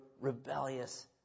rebellious